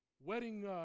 wedding